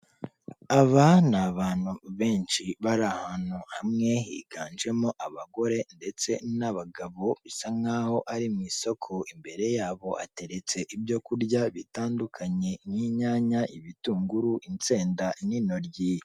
Aba ni abantu benshi bari ahantu hamwe, higanjemo abagore ndetse n'abagabo. Bisa nkaho bari mu isoko, imbere yabo ateretse ibyo kurya bitandukanye, nk'inyanya, ibitunguru, insenda ndetse n'intoryi.